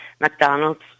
McDonald's